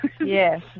yes